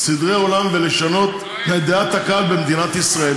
סדרי עולם ולשנות את דעת הקהל במדינת ישראל.